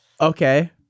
Okay